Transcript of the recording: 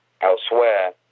elsewhere